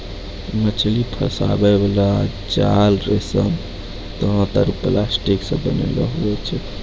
मछली फसाय बाला जाल रेशम, तात आरु प्लास्टिक से बनैलो हुवै छै